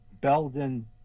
Belden